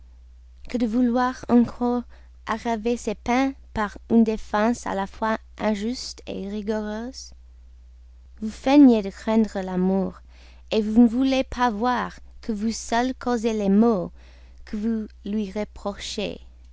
que de vouloir encore aggraver ses peines par une défense à la fois injuste rigoureuse vous feignez de craindre l'amour vous ne voulez pas voir que vous seule causez les maux que vous lui reprochez